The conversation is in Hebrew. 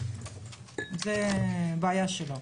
בעיה שלו.